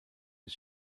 his